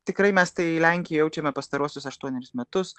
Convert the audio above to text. tikrai mes tai lenkijoj jaučiame pastaruosius aštuonerius metus